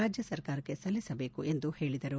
ರಾಜ್ಯ ಸರ್ಕಾರಕ್ಕೆ ಸಲ್ಲಿಸಬೇಕು ಎಂದು ಹೇಳಿದರು